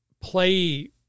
play